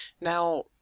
Now